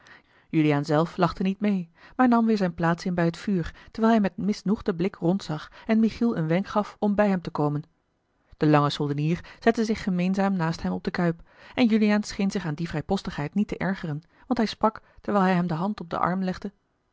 juliaan zelf lachte niet meê maar nam weêr zijne plaats in bij het vuur terwijl hij met misnoegden blik rondzag en michiel een wenk gaf om bij hem te komen de lange soldenier zette zich gemeenzaam naast hem op de kuip en juliaan scheen zich aan die vrijpostigheid niet te ergeren want hij sprak terwijl hij hem de hand op den arm legde